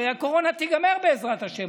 הרי הקורונה תיגמר, בעזרת השם.